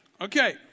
okay